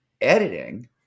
Editing